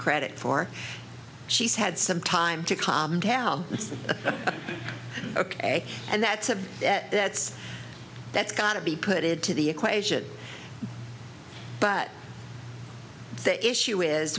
credit for she's had some time to calm down it's ok and that's a that's that's got to be put into the equation but the issue is